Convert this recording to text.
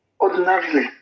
ordinarily